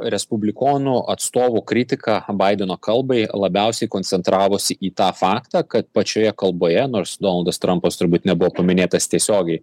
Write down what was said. respublikonų atstovų kritika baideno kalbai labiausiai koncentravosi į tą faktą kad pačioje kalboje nors donaldas trampas turbūt nebuvo paminėtas tiesiogiai